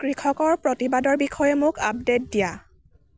কৃষকৰ প্ৰতিবাদৰ বিষয়ে মোক আপডে'ট দিয়া